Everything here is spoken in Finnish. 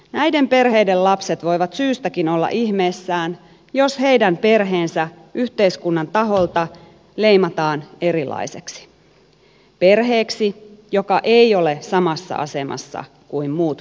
näiden perheiden lapset voivat syystäkin olla ihmeissään jos heidän perheensä yhteiskunnan taholta leimataan erilaiseksi perheeksi joka ei ole samassa asemassa kuin muut perheet